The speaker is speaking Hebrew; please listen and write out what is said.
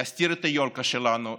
להסתיר את היולקה שלנו,